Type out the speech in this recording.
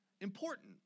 important